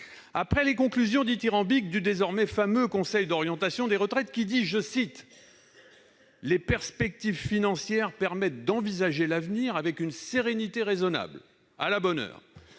après les conclusions dithyrambiques du désormais fameux Conseil d'orientation des retraites selon lequel « les perspectives financières permettent d'envisager l'avenir avec une sérénité raisonnable »- à la bonne heure !